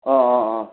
অঁ অঁ অঁ